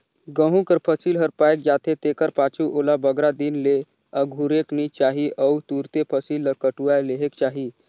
गहूँ कर फसिल हर पाएक जाथे तेकर पाछू ओला बगरा दिन ले अगुरेक नी चाही अउ तुरते फसिल ल कटुवाए लेहेक चाही